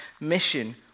mission